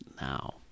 now